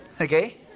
Okay